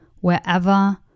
wherever